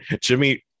Jimmy